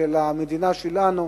של המדינה שלנו.